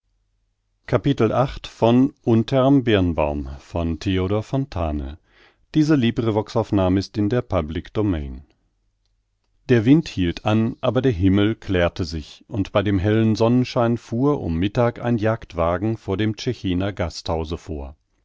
der wind hielt an aber der himmel klärte sich und bei hellem sonnenschein fuhr um mittag ein jagdwagen vor dem tschechiner gasthause vor